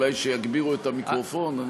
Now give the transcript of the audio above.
אולי שיגבירו את המיקרופון.